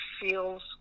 feels